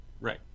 right